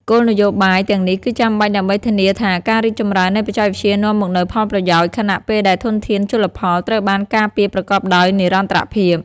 គោលនយោបាយទាំងនេះគឺចាំបាច់ដើម្បីធានាថាការរីកចម្រើននៃបច្ចេកវិទ្យានាំមកនូវផលប្រយោជន៍ ខណៈពេលដែលធនធានជលផលត្រូវបានការពារប្រកបដោយនិរន្តរភាព។